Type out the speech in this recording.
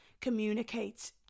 communicate